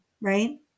right